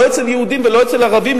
לא אצל יהודים ולא אצל הערבים,